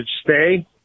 stay